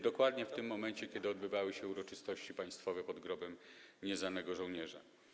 Dokładnie w tym momencie, kiedy odbywały się uroczystości państwowe pod Grobem Nieznanego Żołnierza.